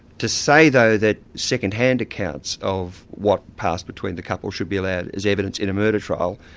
to say, though, that second-hand accounts of what passed between the couple should be allowed as evidence in a murder trial,